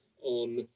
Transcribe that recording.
on